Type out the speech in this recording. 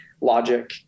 logic